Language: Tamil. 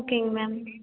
ஓகேங்க மேம்